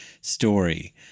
story